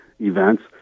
events